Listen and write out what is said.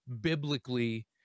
biblically –